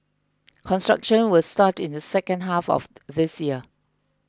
construction will start in the second half of this year